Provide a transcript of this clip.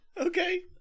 Okay